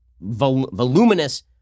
voluminous